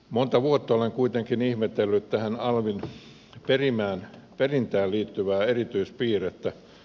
monta vuotta olen kuitenkin ihmetellyt tähän alvin perintään liittyvää erityispiirrettä